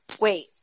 Wait